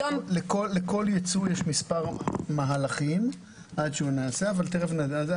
לכל ייצור יש מספר מהלכים אבל תכף נדבר על זה.